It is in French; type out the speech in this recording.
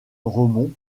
conseiller